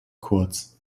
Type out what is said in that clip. kurz